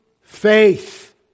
faith